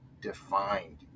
defined